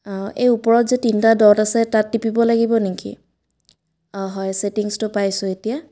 এই ওপৰত যে তিনিটা ডট আছে তাত টিপিব লাগিব নেকি অঁ হয় ছেটিংছটো পাইছোঁ এতিয়া